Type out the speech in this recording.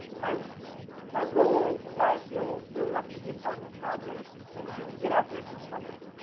my my role and why i feel really lucky to be a part of this project is just to get out there and do something,